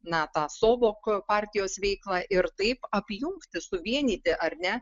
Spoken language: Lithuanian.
na tą sovoko partijos veiklą ir taip apjungti suvienyti ar ne